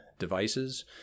Devices